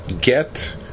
get